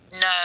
no